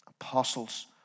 Apostles